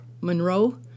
Monroe